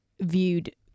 viewed